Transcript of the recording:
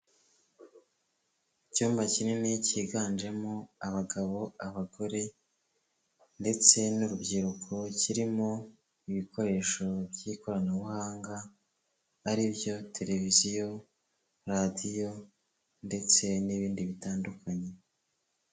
Icyumba kinini cyiganjemo abagabo, abagore ndetse n'urubyiruko, kirimo ibikoresho by'ikoranabuhanga ari byo: televiziyo, radiyo ndetse n'ibindi bitandukanye.